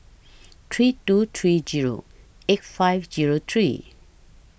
three two three Zero eight five Zero three